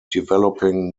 developing